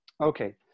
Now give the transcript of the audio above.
Okay